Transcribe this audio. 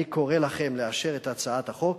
אני קורא לכם לאשר את הצעת החוק